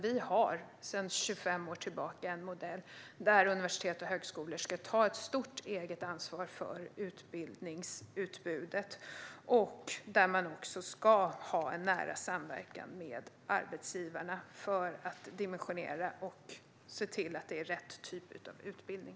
Vi har sedan 25 år tillbaka en modell där universitet och högskolor ska ta stort eget ansvar för utbildningsutbudet och där man också ska ha en nära samverkan med arbetsgivarna för att dimensionera och se till att det är rätt typ av utbildning.